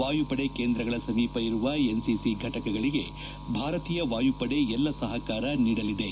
ವಾಯುಪಡೆ ಕೇಂದ್ರಗಳ ಸಮೀಪ ಇರುವ ಎನ್ಸಿಸಿ ಘಟಕಗಳಿಗೆ ಭಾರತೀಯ ವಾಯುಪಡೆ ಎಲ್ಲಾ ಸಹಕಾರ ನೀಡಲಿವೆ